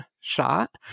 shot